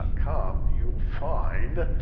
ah com, you will find